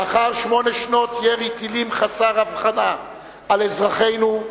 לאחר שמונה שנות ירי חסר הבחנה על אזרחינו,